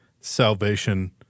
salvation